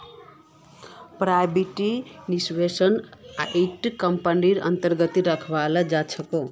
private निवेशकक इटा कम्पनीर अन्तर्गत रखाल जा छेक